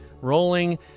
rolling